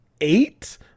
eight